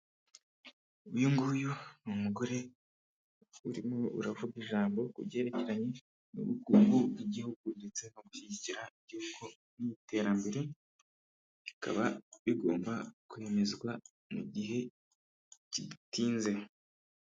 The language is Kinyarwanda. Uyunguyu ni umugore urimo uravuga ijambo ku byerekeranye n'ubukungu bw'igihugu ndetse no gushyigikira igihugu mu' iterambere rikaba bigomba kwemezwa mu gihe kidatinze.